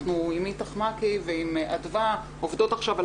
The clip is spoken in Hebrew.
אנחנו עם אית"ך-מעכי ועם אדוה עובדות עכשיו על